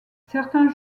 certains